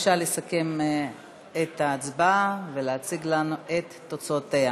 בבקשה לסכם את ההצבעה ולהציג לנו את תוצאותיה.